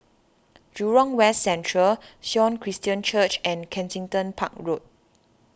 Jurong West Central Sion Christian Church and Kensington Park Road